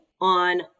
on